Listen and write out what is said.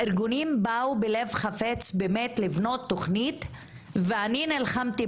הארגונים באו בלב חפץ באמת לבנות תוכנית ואני נלחמתי